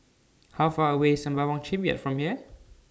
How Far away IS Sembawang Shipyard from here